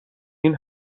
این